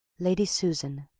lady susan,